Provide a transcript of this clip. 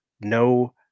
no